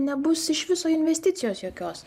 nebus iš viso investicijos jokios